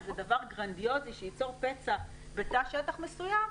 איזה דבר גרנדיוזי שייצור פצע בתא שטח מסוים,